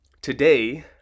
today